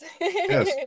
Yes